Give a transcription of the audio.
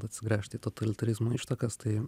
atsigręžt į totalitarizmo ištakas tai